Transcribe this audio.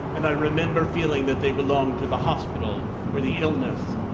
and i remember feeling that they belonged to the hospital or the illness